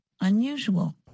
unusual